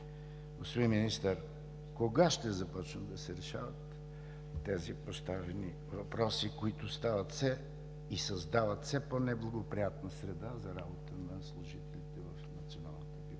Господин Министър, кога ще започнат да се решават тези поставени въпроси, които стават все... и създават все по неблагоприятна среда за работата на служителите в Националната библиотека,